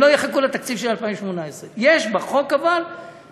הם לא יחכו לתקציב של 2018. אבל יש בחוק מציאות